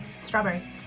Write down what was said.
Strawberry